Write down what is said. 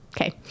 Okay